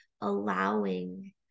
allowing